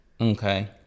Okay